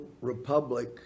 republic